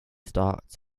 starts